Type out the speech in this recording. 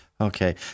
Okay